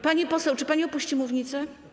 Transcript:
Pani poseł, czy pani opuści mównicę?